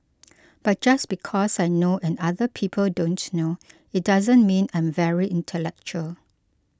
but just because I know and other people don't know it doesn't mean I'm very intellectual